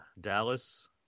Dallas